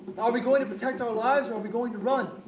are we going to protect our lives or are we going to run?